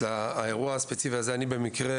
האירוע הזה, שמעתי עליו במקרה